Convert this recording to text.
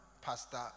pastor